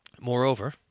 Moreover